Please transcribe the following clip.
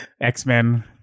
X-Men